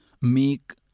make